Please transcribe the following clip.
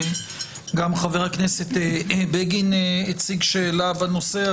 גם חבר הכנסת בגין הציג שאלה בנושא.